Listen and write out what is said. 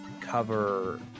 cover